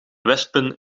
wespen